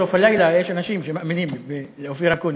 בסוף הלילה יש אנשים שמאמינים לאופיר אקוניס.